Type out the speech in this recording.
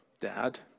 Dad